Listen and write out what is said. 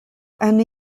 and